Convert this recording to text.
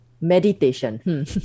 meditation